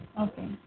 Okay